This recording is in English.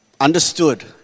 understood